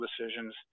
decisions